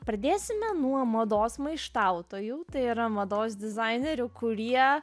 pradėsime nuo mados maištautojų tai yra mados dizainerių kurie